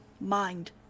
mind